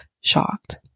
shocked